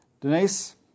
Denise